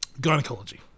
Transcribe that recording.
Gynecology